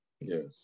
Yes